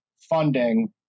funding